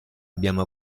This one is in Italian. abbiamo